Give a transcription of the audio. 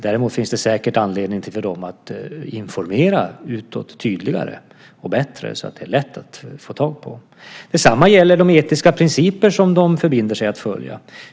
Däremot finns det säkert anledning för dem att informera utåt tydligare och bättre så att det är lätt att få tag på information. Detsamma gäller de etiska principer som de förbinder sig att följa.